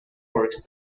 works